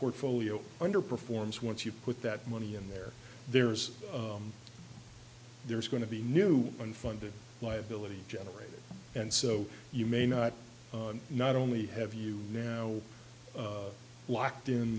portfolio underperforms once you put that money in there there's there's going to be new unfunded liability generated and so you may not not only have you now locked in